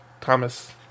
Thomas